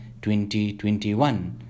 2021